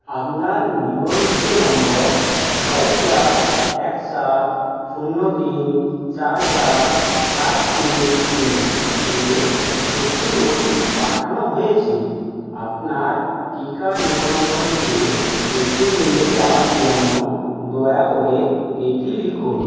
আপনার নিবন্ধিত নম্বর ছয় চার এক সাত শূন্য তিন চার চার সাত তিন তিন এ একটি ও টি পি পাঠানো হয়েছে আপনার টিকা নিবন্ধনকে এগিয়ে নিয়ে যাওয়ার জন্য দয়া করে এটি লিখুন